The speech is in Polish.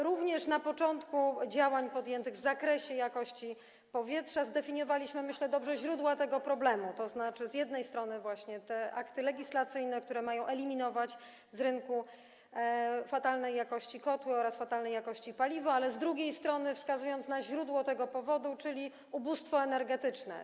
Również na początku działań podjętych w zakresie poprawy jakości powietrza dobrze zdefiniowaliśmy, jak myślę, źródła tego problemu, tzn. z jednej strony opracowując właśnie te akty legislacyjne, które mają eliminować z rynku fatalnej jakości kotły oraz fatalnej jakości paliwa, z drugiej strony wskazując na źródło tego powodu, czyli ubóstwo energetyczne.